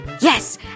Yes